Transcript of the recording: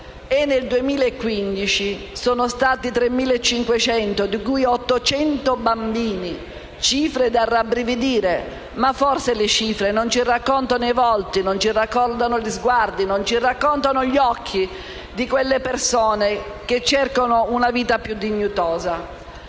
Nel 2015 sono stati oltre 3.500, di cui 800 bambini: cifre da rabbrividire. Ma le cifre non ci raccontano i volti, gli sguardi, gli occhi di quelle persone che cercano una vita più dignitosa.